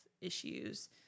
issues